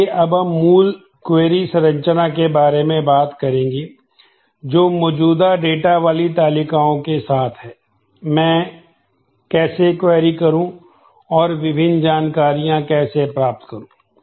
इसलिए अब हम मूल क्वेरी करूं और विभिन्न जानकारियां कैसे प्राप्त करूं